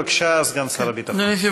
בבקשה, סגן שר הביטחון.